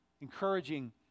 encouraging